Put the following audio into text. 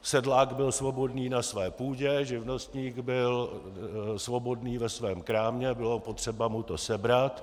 Sedlák byl svobodný na své půdě, živnostník byl svobodný ve svém krámě, bylo potřeba mu to sebrat.